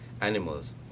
animals